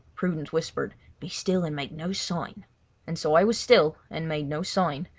prudence whispered be still and make no sign and so i was still and made no sign,